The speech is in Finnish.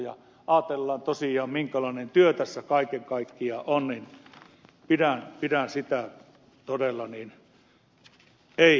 kun ajatellaan tosiaan minkälainen työ tässä kaiken kaikkiaan on niin pidän sitä todella ei toivottuna